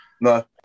No